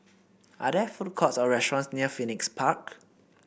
are there food courts or restaurants near Phoenix Park